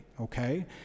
okay